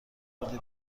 کردی